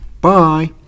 Bye